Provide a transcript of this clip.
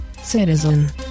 citizen